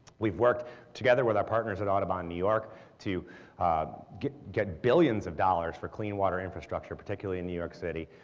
we've worked together with our partners at audubon in new york to get get billions of dollars for clean water infrastructure, particularly in new york city,